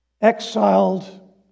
exiled